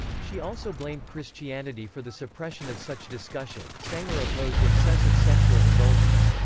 she also blamed christianity for the suppression of such discussion sanger opposed excessive sexual indulgence.